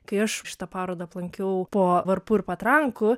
kai aš šitą parodą aplankiau po varpų ir patrankų